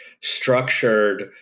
structured